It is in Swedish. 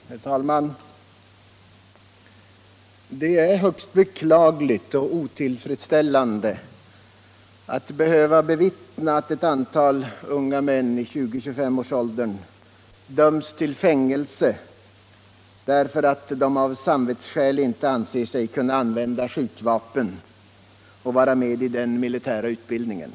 Herr talman! Det är högst beklagligt och otillfredsställande att behöva bevittna att ett antal unga män i 20-25-årsåldern döms till fängelse därför att de av samvetsskäl inte anser sig kunna använda skjutvapen och vara med i den militära utbildningen.